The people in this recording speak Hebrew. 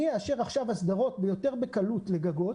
אני אאשר עכשיו אסדרות יותר בקלות לגגות.